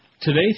Today